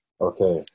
Okay